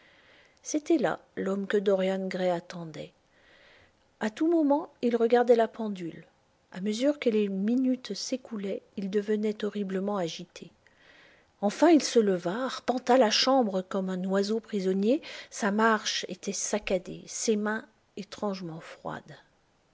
c'était là l'homme que dorian gray attendait a tout moment il regardait la pendule a mesure que les minutes s'écoulaient il devenait horriblement agité enfin il se leva arpenta la chambre comme un oiseau prisonnier sa marche était saccadée ses mains étrangement froides